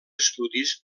estudis